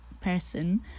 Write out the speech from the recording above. person